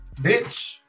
bitch